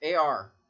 AR